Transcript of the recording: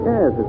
Yes